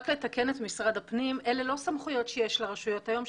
רק לתקן את משרד הפנים אלה לא סמכויות שיש לרשויות היום,